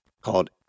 called